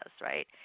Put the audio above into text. right